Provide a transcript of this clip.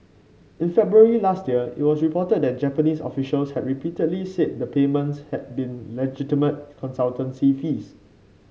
in February last year it was reported that Japanese officials had repeatedly said the payments had been legitimate consultancy fees